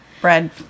Bread